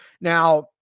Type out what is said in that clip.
Now